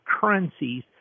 currencies